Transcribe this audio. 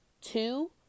two